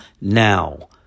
now